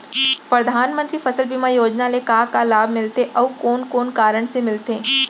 परधानमंतरी फसल बीमा योजना ले का का लाभ मिलथे अऊ कोन कोन कारण से मिलथे?